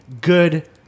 good